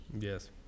Yes